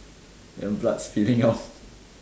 then blood spilling out